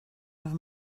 have